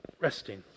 Resting